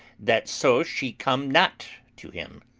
that so she come not to him.